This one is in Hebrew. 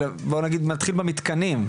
בואו נגיד נתחיל במתקנים,